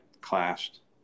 clashed